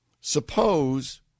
suppose